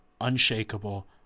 unshakable